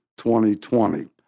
2020